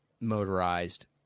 motorized